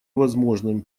возможным